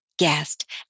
Guest